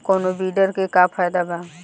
कौनो वीडर के का फायदा बा?